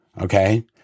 okay